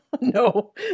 no